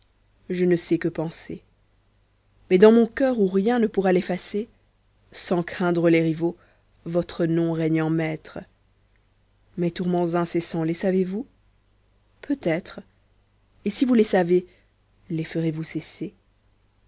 je ne sais que penser mais dans mon coeur où rien ne pourra l'effacer sans craindre les rivaux votre nom règne en maître mes tourments incessants les savez-vous peut-être et si vous les savez les ferez-vous cesser